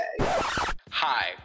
Hi